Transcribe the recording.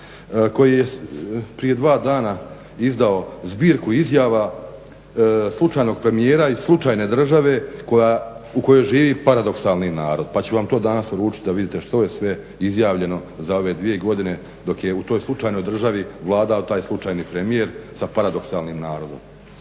koji je prije dva dana izdao zbirku izjava slučajnog premijera i slučajne države u kojoj živi paradoksalni narod pa ću vam to danas uručiti da vidite što je sve izjavljeno za ove dvije godine dok je u toj slučajnoj državi vladao taj slučajni premijer sa paradoksalnim narodom.